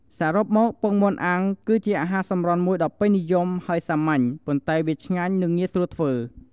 សរុបមក ពងមាន់អាំង គឺជាអាហារសម្រន់មួយដ៏ពេញនិយមហើយសាមញ្ញ ប៉ុន្តែវាឆ្ងាញ់ និងងាយស្រួលធ្វើ។